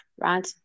right